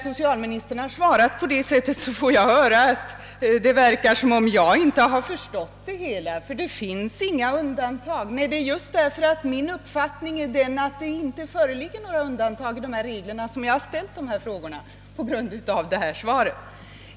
Samtidigt svarar socialministern som om jag inte har förstått det hela, ty det finns inga undantag. Nej, det är just därför att min uppfattning är den att det inte föreligger några undantag från dessa regler som jag av svaret föranleddes att ställa mina frågor.